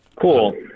cool